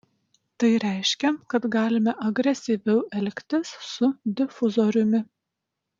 tai reiškia kad galime agresyviau elgtis su difuzoriumi